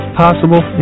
possible